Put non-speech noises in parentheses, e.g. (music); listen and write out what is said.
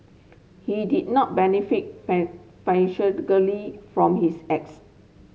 he did not benefit (unintelligible) financially from his acts